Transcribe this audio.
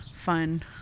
fun